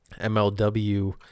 mlw